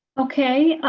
okay.